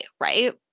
Right